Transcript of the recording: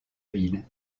ville